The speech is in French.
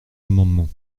amendement